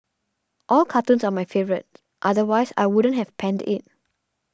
all cartoons are my favourite otherwise I wouldn't have penned it